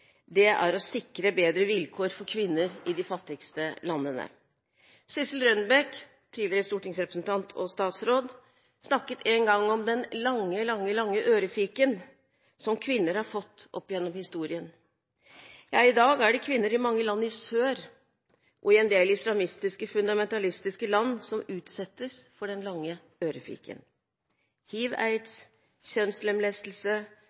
forskjell, er å sikre bedre vilkår for kvinner i de fattigste landene. Sissel Rønbeck, tidligere stortingsrepresentant og statsråd, snakket en gang om den lange, lange, lange ørefiken som kvinner har fått opp gjennom historien. I dag er det kvinner i mange land i sør og i en del islamistiske, fundamentalistiske land som utsettes for den lange ørefiken.